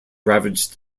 ravaged